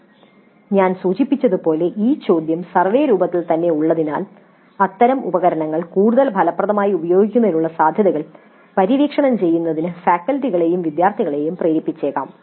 " ഞാൻ സൂചിപ്പിച്ചതുപോലെ ഈ ചോദ്യം സർവേ രൂപത്തിൽ തന്നെ ഉള്ളതിനാൽ അത്തരം ഉപകരണങ്ങൾ കൂടുതൽ ഫലപ്രദമായി ഉപയോഗിക്കുന്നതിനുള്ള സാധ്യതകൾ പര്യവേക്ഷണം ചെയ്യുന്നതിന് ഫാക്കൽറ്റികളെയും വിദ്യാർത്ഥികളെയും പ്രേരിപ്പിച്ചേക്കാം